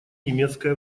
немецкой